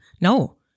No